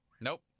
Nope